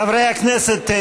חברי הכנסת,